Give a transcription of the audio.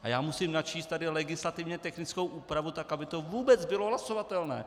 A já tady musím načíst legislativně technickou úpravu tak, aby to vůbec bylo hlasovatelné.